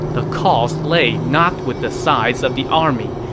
the cause lay not with the size of the army,